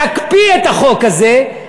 להקפיא את החוק הזה,